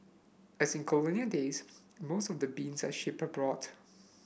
as in colonial days most of the beans are shipped abroad